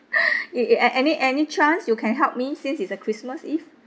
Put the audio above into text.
it it at any any chance you can help me since is a christmas eve